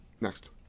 Next